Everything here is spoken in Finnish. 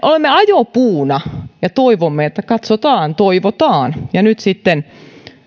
olemme ajopuuna ja toivomme että katsotaan toivotaan ja nyt sitten